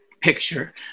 picture